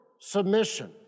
submission